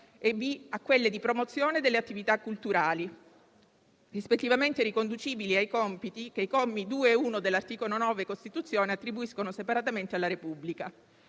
e *b)* alla promozione delle attività culturali, rispettivamente riconducibili ai compiti che i commi 2 e 1 dell'articolo 9 della Costituzione attribuiscono separatamente alla Repubblica.